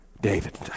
David